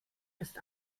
ist